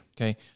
Okay